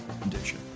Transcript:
condition